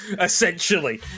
essentially